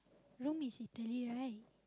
Rome is Italy right